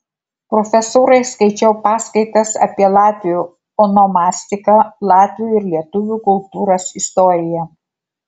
profesūrai skaičiau paskaitas apie latvių onomastiką latvių ir lietuvių kultūros istoriją